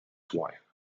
wife